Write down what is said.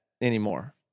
anymore